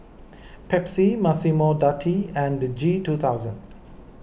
Pepsi Massimo Dutti and G two thousand